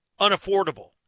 unaffordable